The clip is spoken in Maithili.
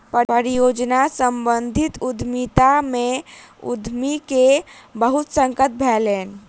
परियोजना सम्बंधित उद्यमिता में उद्यमी के बहुत संकट भेलैन